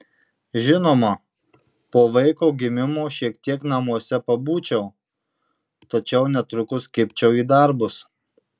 žinoma po vaiko gimimo šiek tiek namuose pabūčiau tačiau netrukus kibčiau į darbus